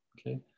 okay